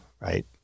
right